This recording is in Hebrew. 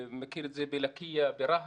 מכיר את זה בלקייה, ברהט.